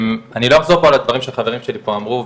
אני לא אחזור פה על הדברים שחברים שלי כבר אמרו,